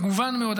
מגוון מאוד,